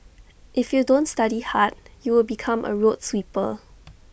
if you don't study hard you will become A road sweeper